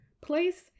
place